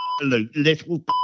little